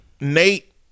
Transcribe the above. Nate